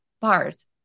Bars